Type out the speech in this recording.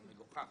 זה מגוחך.